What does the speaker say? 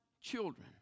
children